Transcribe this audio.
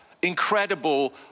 Incredible